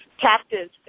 captives